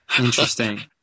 Interesting